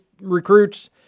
recruits